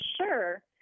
sure